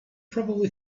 probably